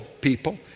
people